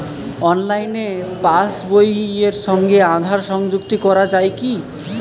অনলাইনে পাশ বইয়ের সঙ্গে আধার সংযুক্তি করা যায় কি?